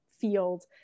field